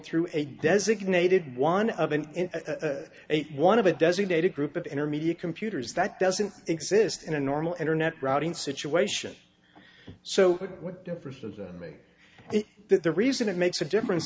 through a designated one of an eight one of a designated group of intermediate computers that doesn't exist in a normal internet routing situation so what difference does it make it that the reason it makes a difference